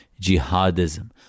Jihadism